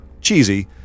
cheesy